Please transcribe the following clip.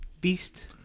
Beast